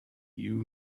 you